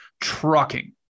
trucking